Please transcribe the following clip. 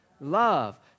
Love